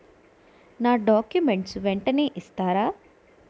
నా డాక్యుమెంట్స్ వెంటనే ఇస్తారా?